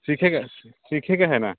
सीखैके सीखैके है ने